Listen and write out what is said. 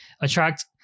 attract